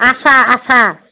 आसा आसा